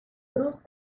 cruz